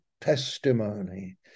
testimony